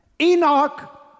Enoch